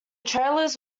trailers